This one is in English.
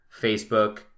Facebook